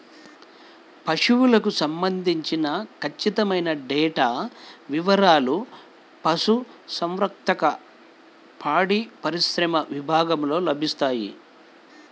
పశువులకు సంబంధించిన ఖచ్చితమైన డేటా వివారాలు పశుసంవర్ధక, పాడిపరిశ్రమ విభాగంలో లభిస్తాయి